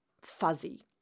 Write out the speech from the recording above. fuzzy